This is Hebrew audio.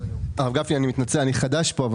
הרב גפני, אני מתנצל, אני חדש פה.